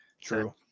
True